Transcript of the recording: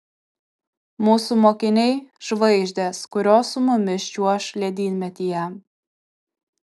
mūsų mokiniai žvaigždės kurios su mumis čiuoš ledynmetyje